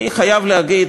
אני חייב להגיד,